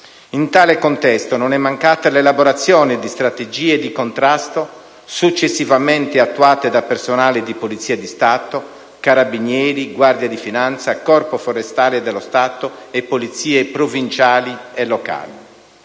In tale contesto, non è mancata l'elaborazione di strategie di contrasto successivamente attuate da personale di Polizia di Stato, Carabinieri, Guardia di finanza, Corpo forestale dello Stato e polizie provinciali e locali.